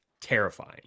Terrifying